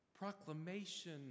proclamation